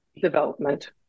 development